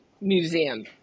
museum